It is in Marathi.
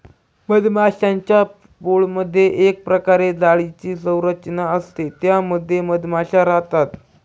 मधमाश्यांच्या पोळमधे एक प्रकारे जाळीची संरचना असते त्या मध्ये मधमाशा राहतात